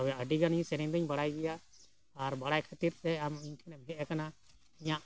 ᱛᱚᱵᱮ ᱟᱹᱰᱤ ᱜᱟᱱᱤᱧ ᱥᱮᱨᱮᱧ ᱫᱚᱧ ᱵᱟᱲᱟᱭ ᱜᱮᱭᱟ ᱟᱨ ᱵᱟᱲᱟᱭ ᱠᱷᱟᱹᱛᱤᱨ ᱛᱮ ᱟᱢ ᱤᱧ ᱴᱷᱮᱱᱮ ᱦᱮᱡ ᱟᱠᱟᱱᱟ ᱤᱧᱟᱹᱜ